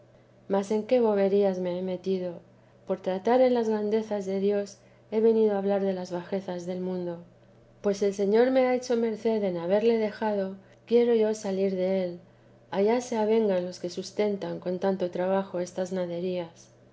mas en qué boberías me he metido por tratar en las grandezas de dios he venido a hablar de las bajezas del mundo pues el señor me ha hecho merced en haberle dejado quiero ya salir del allá se avengan los que sustentan con tanto trabajo estas naderías